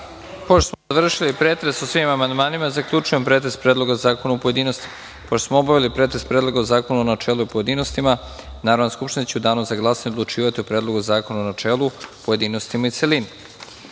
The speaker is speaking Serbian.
Pošto smo završili pretres o svim amandmanima, zaključujem pretres Predloga zakona u pojedinostima. Pošto smo obavili pretres Predloga zakona u načelu i u pojedinostima Narodna skupština će u danu za glasanje odlučivati o Predlogu zakona u načelu, pojedinostima i celini. Pošto